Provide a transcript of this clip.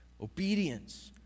Obedience